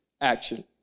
action